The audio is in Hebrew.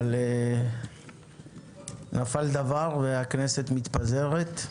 אבל נפל דבר, והכנסת מתפזרת.